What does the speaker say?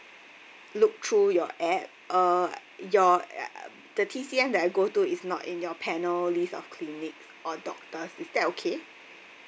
look through your app uh your uh the T_C_M that I go to is not in your panel list of clinic or doctors is that okay